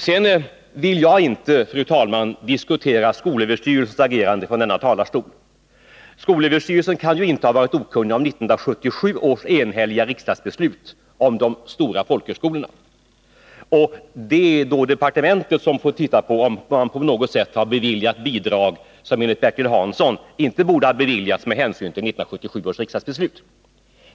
Sedan vill jag inte, fru talman, från denna talarstol diskutera skolöverstyrelsens agerande. Skolöverstyrelsen kan inte ha varit okunnig om 1977 års enhälliga riksdagsbeslut angående de stora folkhögskolorna, och det är då departementet som får titta på om man på något sätt har beviljat bidrag som enligt Bertil Hansson inte borde ha beviljats med hänsyn till 1977 års riksdagsbeslut.